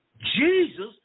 Jesus